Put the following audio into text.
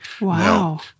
Wow